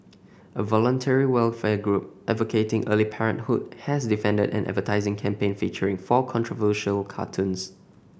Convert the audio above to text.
a voluntary welfare group advocating early parenthood has defended an advertising campaign featuring four controversial cartoons